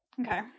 Okay